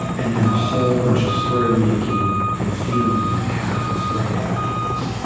and then a whole bunch of story-making and feeling that happens right afterwards.